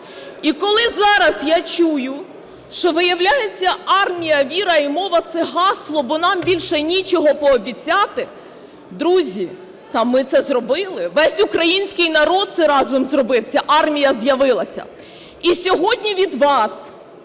І коли зараз я чую, що, виявляється, армія, віра і мова – це гасло, бо нам більше нічого пообіцяти, друзі, та ми це зробили, весь український народ це разом зробив, ця армія з'явилася.